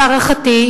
להערכתי,